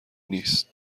نیست